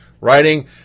writing